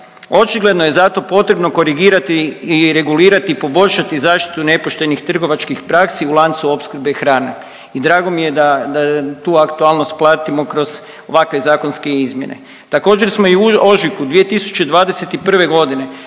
Očigledno je zato potrebno korigirati i poboljšati zaštitu nepoštenih trgovačkih praksi u lancu opskrbe hrane i drago mi je da tu aktualnost platimo kroz ovakve zakonske izmjene. Također smo i u ožujku 2021. godine